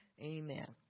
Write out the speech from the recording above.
Amen